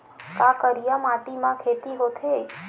का करिया माटी म खेती होथे?